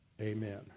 Amen